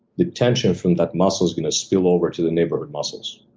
the tension from that muscle's gonna spill over to the neighborhood muscles.